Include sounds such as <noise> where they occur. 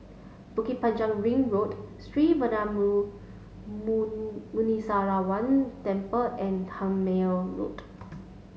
Bukit Panjang Ring Road Sree Veeramuthu <unintelligible> Muneeswaran Temple and Tangmere Road